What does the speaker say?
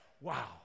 Wow